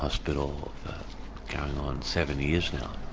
hospital going on seven years now,